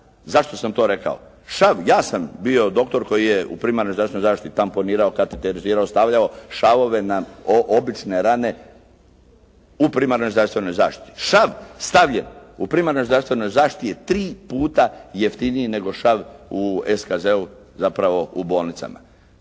zašto sam to rekao. Šav ja sam bio doktor koji je u primarnoj zdravstvenoj zaštititi tamponirao, kateterizirao, stavljao šavove na obične rane u primarnoj zdravstvenoj zaštiti. Šav stavljen u primarnoj zdravstvenoj zaštiti je tri puta jeftiniji nego šav u SKZ-u zapravo u bolnicama.